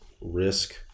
risk